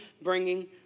bringing